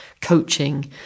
coaching